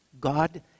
God